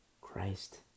Christ